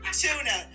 tuna